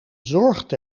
zorgt